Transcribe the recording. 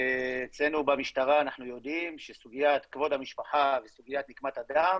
אצלנו במשטרה אנחנו יודעים שסוגיית כבוד המשפחה וסוגיית נקמת הדם